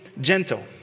gentle